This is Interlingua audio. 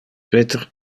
peter